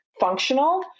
functional